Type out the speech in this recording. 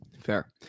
Fair